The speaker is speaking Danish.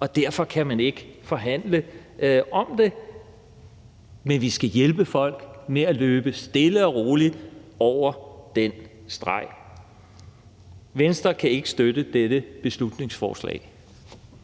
og derfor kan man ikke forhandle om det. Men vi skal hjælpe folk med at løbe stille og roligt over den streg. Venstre kan ikke støtte dette beslutningsforslag.